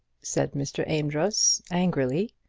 said mr. amedroz, angrily.